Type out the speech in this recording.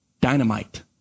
Dynamite